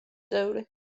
წევრი